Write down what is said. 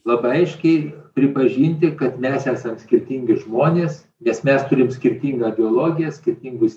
labai aiškiai pripažinti kad mes esam skirtingi žmonės nes mes turim skirtingą biologiją skirtingus